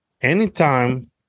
anytime